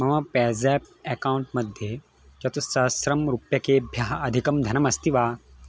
मम PayZapp account मध्ये चतुस्सहस्रं रूप्यकेभ्यः अधिकं धनम् अस्ति वा